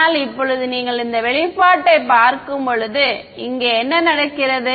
ஆனால் இப்போது நீங்கள் இந்த வெளிப்பாட்டைப் பார்க்கும்போது இங்கே என்ன நடக்கிறது